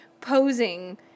posing